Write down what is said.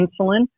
insulin